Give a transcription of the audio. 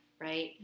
right